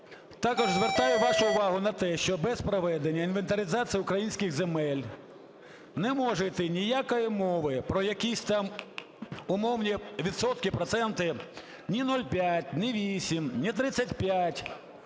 Також звертаю вашу увагу на те, що без проведення інвентаризації українських земель не може іти ніякої мови про якісь там умовні відсотки, проценти, ні 0,5, ні 8, ні 35,